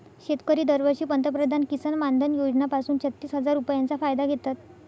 शेतकरी दरवर्षी पंतप्रधान किसन मानधन योजना पासून छत्तीस हजार रुपयांचा फायदा घेतात